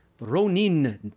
ronin